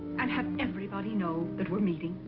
and have everybody know that we're meeting?